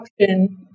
option